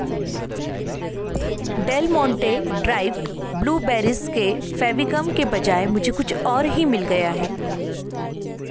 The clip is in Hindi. डेल मोंटे ड्राइव ब्लूबेरीज़ के फ़ेविगम के बजाय मुझे कुछ और ही मिल गया है